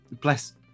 bless